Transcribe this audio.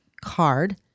card